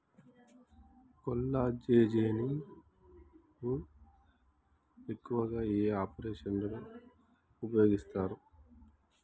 కొల్లాజెజేని ను ఎక్కువగా ఏ ఆపరేషన్లలో ఉపయోగిస్తారు?